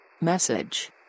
Message